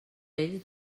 ells